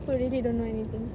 who really don't know anything